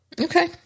Okay